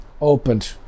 opened